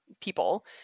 people